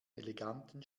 eleganten